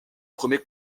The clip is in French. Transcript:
premier